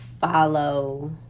Follow